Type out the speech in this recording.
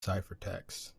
ciphertext